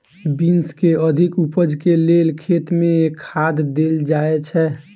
Beans केँ अधिक उपज केँ लेल खेत मे केँ खाद देल जाए छैय?